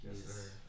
Yes